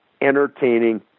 entertaining